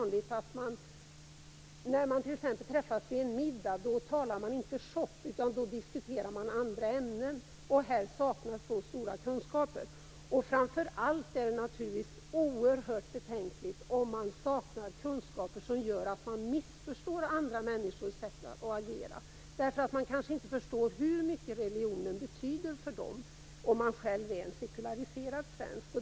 När man träffas vid en middag talar man inte om affärer. Då diskuterar man andra ämnen. Här saknas stora kunskaper. Framför allt är det betänkligt om svenskar saknar kunskaper och därför missförstår andra människors sätt att agera. En sekulariserad svensk kanske inte förstår hur mycket religionen betyder för dem.